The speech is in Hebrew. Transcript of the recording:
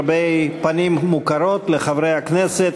הרבה פנים מוכרות לחברי הכנסת,